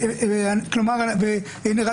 הינה,